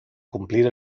cumplir